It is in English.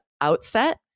outset